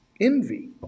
Envy